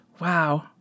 Wow